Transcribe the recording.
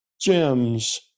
gems